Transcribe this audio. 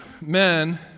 men